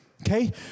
Okay